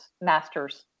master's